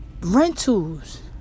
rentals